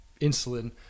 insulin